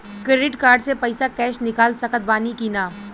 Credit card से पईसा cash निकाल सकत बानी की ना?